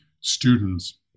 students